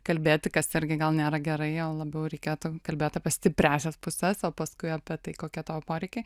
kalbėti kas irgi gal nėra gerai jau labiau reikėtų kalbėt apie stipriąsias puses o paskui apie tai kokie tavo poreikiai